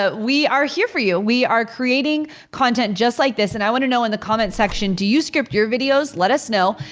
but we are here for you. we are creating content just like this and i wanna know in the comment section do you script your videos? let us know,